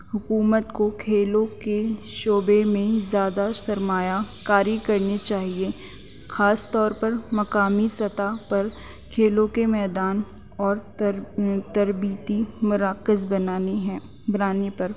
حکومت کو کھیلوں کے شعبے میں ہی زیادہ سرمایہ کاری کرنی چاہیے خاص طور پر مقامی سطح پر کھیلوں کے میدان اور تر تربیتی مراکز بنانی ہے بنانیے پر